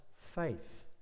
faith